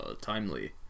Timely